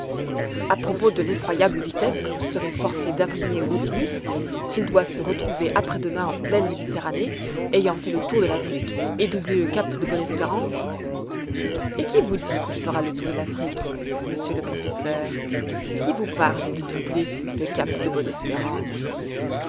a propos de l'effroyable vitesse que vous serez forcé d'imprimer au nautilus s'il doit se retrouver après-demain en pleine méditerranée ayant fait le tour de l'afrique et doublé le cap de bonne-espérance et qui vous dit qu'il fera le tour de l'afrique monsieur le professeur qui vous parle de doubler le cap de